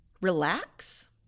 relax